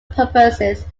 purposes